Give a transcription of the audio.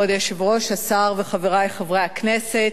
כבוד היושב-ראש, השר וחברי חברי הכנסת,